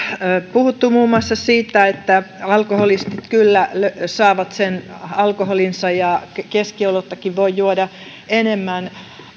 puhuttu muun muassa siitä että alkoholistit kyllä saavat sen alkoholinsa ja keskioluttakin voi juoda enemmän